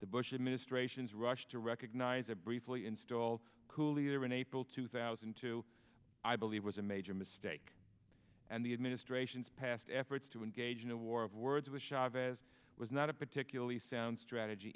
the bush administration's rush to recognize a briefly installed cool leader in april two thousand and two i believe was a major mistake and the administration's past efforts to engage in a war of words with chavez was not a particularly sound strategy